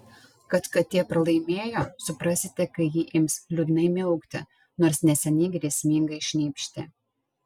kad katė pralaimėjo suprasite kai ji ims liūdnai miaukti nors neseniai grėsmingai šnypštė